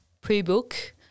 pre-book